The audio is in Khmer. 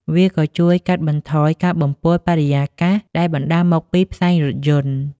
វាក៏ជួយកាត់បន្ថយការបំពុលបរិយាកាសដែលបណ្តាលមកពីផ្សែងរថយន្ត។